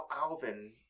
Alvin